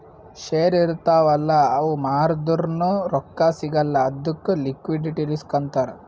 share ಇರ್ತಾವ್ ಅಲ್ಲ ಅವು ಮಾರ್ದುರ್ನು ರೊಕ್ಕಾ ಸಿಗಲ್ಲ ಅದ್ದುಕ್ ಲಿಕ್ವಿಡಿಟಿ ರಿಸ್ಕ್ ಅಂತಾರ್